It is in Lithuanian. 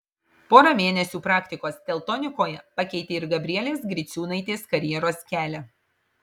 pora mėnesių praktikos teltonikoje pakeitė ir gabrielės griciūnaitės karjeros kelią